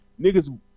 niggas –